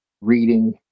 reading